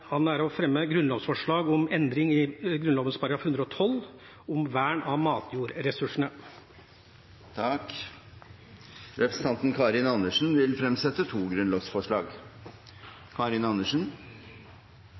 fremme grunnlovsforslag om endring i § 112, om vern av matjordressursene. Representanten Karin Andersen vil fremsette to grunnlovsforslag.